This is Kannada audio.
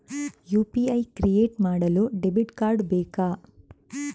ಯು.ಪಿ.ಐ ಕ್ರಿಯೇಟ್ ಮಾಡಲು ಡೆಬಿಟ್ ಕಾರ್ಡ್ ಬೇಕಾ?